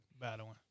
battling